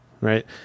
right